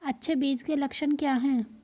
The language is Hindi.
अच्छे बीज के लक्षण क्या हैं?